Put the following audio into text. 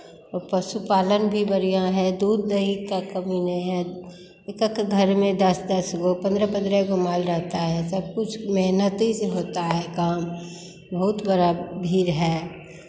और पशुपालन भी बढ़ियाँ है दूध दही का कमी नहीं है एक एक घर में दस दस गो पन्द्रह पन्द्रह गो माल रहता है सब कुछ मेहनती से होता है काम बहुत बड़ा भीड़ है